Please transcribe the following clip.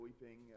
weeping